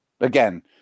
again